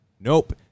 Nope